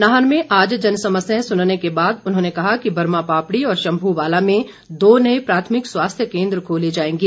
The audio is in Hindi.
नाहन में आज जनसमस्याएं सुनने के बाद उन्होंने कहा कि बर्मा पापड़ी और शंमूवाला में दो नए प्राथमिक स्वास्थ्य केन्द्र खोले जाएंगे